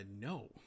No